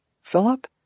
Philip